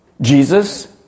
Jesus